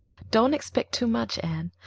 don't expect too much, anne.